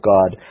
God